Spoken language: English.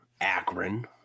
Akron